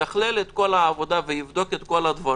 שיתכלל את כל העבודה ויבדוק את כל הדברים